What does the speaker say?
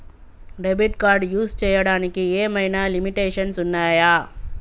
Debit card use చేయడానికి ఏమైనా limitations ఉన్నాయా?